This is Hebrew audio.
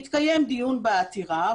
התקיים דיון בעתירה,